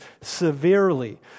severely